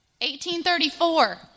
1834